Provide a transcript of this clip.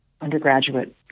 undergraduate